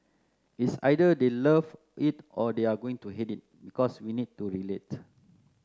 it's either they'll love it or they are going to hate it because we need to relate